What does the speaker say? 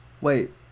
wait